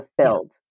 fulfilled